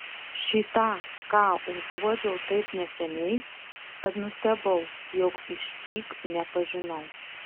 šį tą ką uodžiau taip neseniai kad nustebau jog išsyk nepažinau